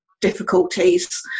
difficulties